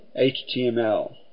HTML